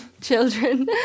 children